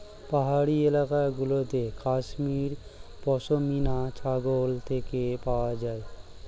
পাহাড়ি এলাকা গুলোতে কাশ্মীর পশমিনা ছাগল থেকে পাওয়া যায়